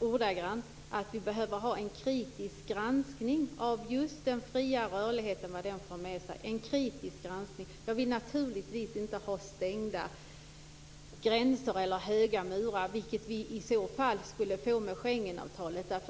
ordagrant att vi behöver ha en kritisk granskning av den fria rörligheten och vad den för med sig. Det handlar alltså om en kritisk granskning. Jag vill naturligtvis inte ha stängda gränser eller höga murar. Det skulle vi i så fall få med Schengenavtalet.